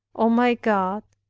o my god,